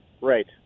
Right